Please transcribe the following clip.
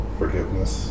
forgiveness